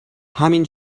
همین